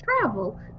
travel